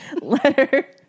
letter